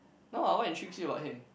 no ah what intrigues you about him